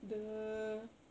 the